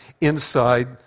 inside